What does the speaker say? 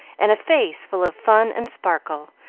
and a face full of fun and sparkle,